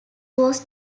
was